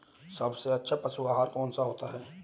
सबसे अच्छा पशु आहार कौन सा होता है?